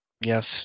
Yes